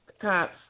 cops